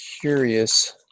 curious